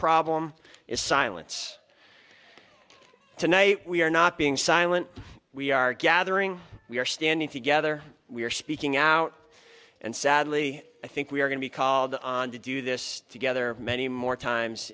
problem is silence tonight we are not being silent we are gathering we are standing together we are speaking out and sadly i think we are going to be called on to do this together many more times